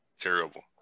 Terrible